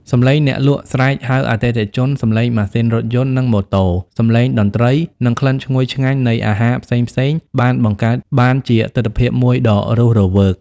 សំឡេងអ្នកលក់ស្រែកហៅអតិថិជន សំឡេងម៉ាស៊ីនរថយន្ត និងម៉ូតូ សំឡេងតន្ត្រី និងក្លិនឈ្ងុយឆ្ងាញ់នៃអាហារផ្សេងៗបានបង្កើតបានជាទិដ្ឋភាពមួយដ៏រស់រវើក។